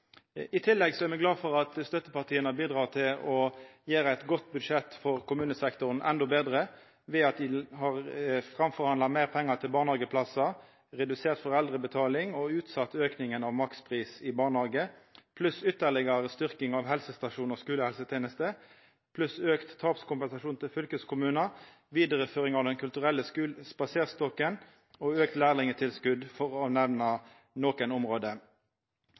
I tillegg er me glade for at støttepartia bidreg til å gjera eit godt budsjett for kommunesektoren endå betre, ved at ein har framforhandla meir pengar til barnehageplassar, redusert foreldrebetalinga og utsett auken av makspris i barnehagar, pluss at det blir ei ytterlegare styrking av helsestasjonar og skulehelseteneste, auka tapskompensasjon til fylkeskommunar, vidareføring av Den kulturelle spaserstokken og auke i lærlingtilskotet – for å nemna nokre område.